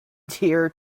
dear